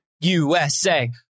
USA